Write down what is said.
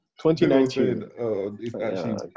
2019